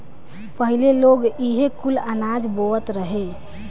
पहिले लोग इहे कुल अनाज बोअत रहे